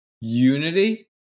Unity